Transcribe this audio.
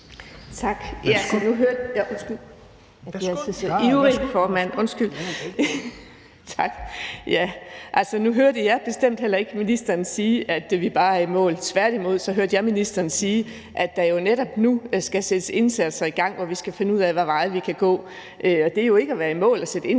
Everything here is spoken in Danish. Tak. Nu hørte jeg bestemt heller ikke ministeren sige, at vi bare er i mål. Tværtimod hørte jeg ministeren sige, at der jo netop nu skal sættes indsatser i gang, hvor vi skal finde ud af, hvilke veje vi kan gå. Det er ikke at være i mål at sætte indsatser